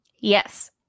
Yes